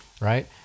right